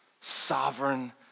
sovereign